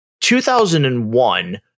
2001